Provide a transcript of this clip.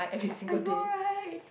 I know right